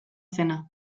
zena